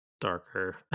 darker